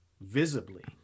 visibly